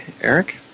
Eric